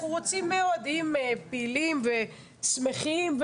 אנחנו רוצים אוהדים פעילים ושמחים,